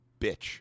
bitch